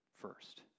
first